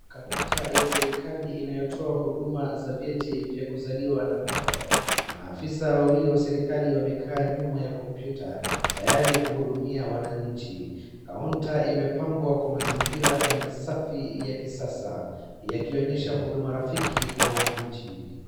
Kaunta ya serikali inayotoa huduma za vyeti vya kuzaliwa na kufa. Maafisa wawili wa serikali wamekaa nyuma ya kompyuta tayari kuhudumia wananchi. Kaunta imepambwa kwa mzingira na ni safi ya kisasa yakionyesha huduma rafiiki kwa wananchi.